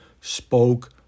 spoke